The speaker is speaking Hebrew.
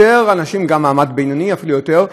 יותר אנשים גם מהמעמד הבינוני, אפילו יותר.